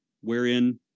wherein